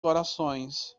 corações